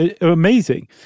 amazing